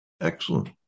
Excellent